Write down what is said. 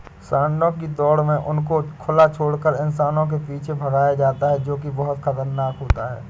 सांडों की दौड़ में उनको खुला छोड़कर इंसानों के पीछे भगाया जाता है जो की बहुत खतरनाक होता है